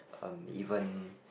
um even